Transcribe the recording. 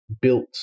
built